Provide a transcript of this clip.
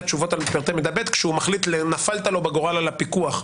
תשובות על פרטי מידע ב' כשהוא מחליט נפלת לו בגורל על הפיקוח,